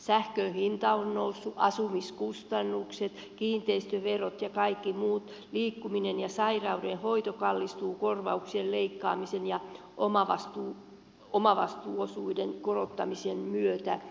sähkön hinta on noussut asumiskustannukset kiinteistöverot ja kaikki muut liikkuminen ja sairauden hoito kallistuu korvauksien leikkaamisen ja omavastuuosuuden korottamisen myötä